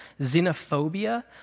Xenophobia